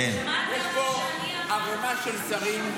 יש פה ערימה של שרים,